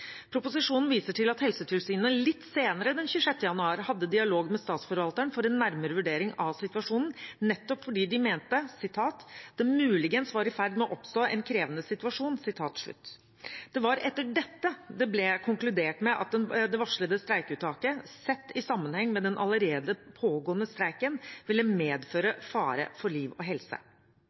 Proposisjonen viser til at Helsetilsynet litt senere den 26. januar hadde dialog med Statsforvalteren for en nærmere vurdering av situasjonen, nettopp fordi de mente «det muligens var i ferd med å oppstå en krevende situasjon». Det var etter dette det ble konkludert med at det varslede streikeuttaket, sett i sammenheng med den allerede pågående streiken, ville medføre fare for liv og helse.